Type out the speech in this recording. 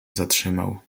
zatrzymał